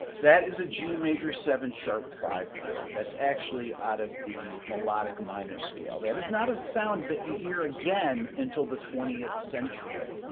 that is a g major seven sharp five chord that's actually out of the melodic minor scale that is not a sound that you hear again until the twentieth century.